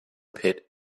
pit